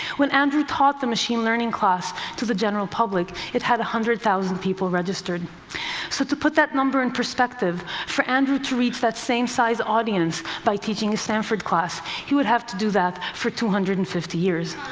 when andrew taught the machine learning class to the general public, it had one hundred thousand people registered. so to put that number in perspective, for andrew to reach that same size audience by teaching a stanford class, he would have to do that for two hundred and fifty years.